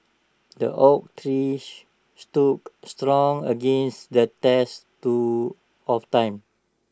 the oak trees stood strong against the tests to of time